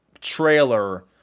trailer